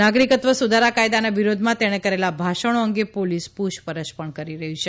નાગરિકત્વ સુધારા કાયદાના વિરોધમાં તેણે કરેલા ભાષણો અંગે પોલીસ પૂછપરછ કરી રહી છે